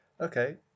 Okay